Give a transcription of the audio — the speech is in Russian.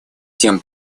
тем